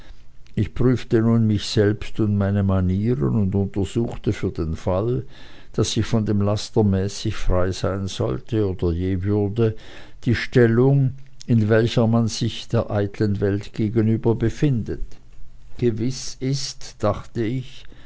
ich prüfte nun mich selber und meine manieren und untersuchte für den fall daß ich von dem laster mäßig frei sein sollte oder je würde die stellung in welcher man sich der eiteln welt gegenüber befindet gewiß ist dachte ich